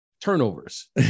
turnovers